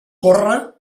corre